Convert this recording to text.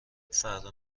فردا